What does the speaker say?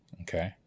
okay